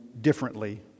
differently